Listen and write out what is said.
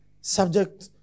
subject